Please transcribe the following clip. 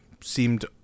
seemed